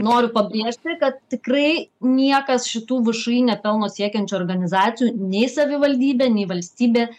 noriu pabrėžti kad tikrai niekas šitų všį nepelno siekiančių organizacijų nei savivaldybė nei valstybė